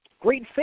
great